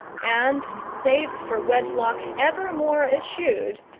and, save for wedlock evermore eschewed,